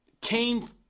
came